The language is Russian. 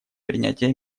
принятия